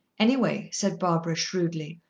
anyway, said barbara shrewdly,